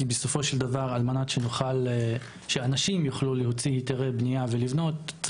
כי בסופו של דבר על מנת שאנשים יוכלו להוציא היתרי בנייה ולבנות,